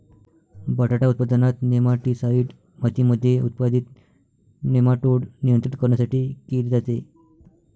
बटाटा उत्पादनात, नेमाटीसाईड मातीमध्ये उत्पादित नेमाटोड नियंत्रित करण्यासाठी केले जाते